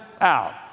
out